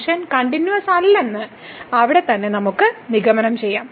function continuous അല്ലെന്ന് അവിടെത്തന്നെ നമുക്ക് നിഗമനം ചെയ്യാം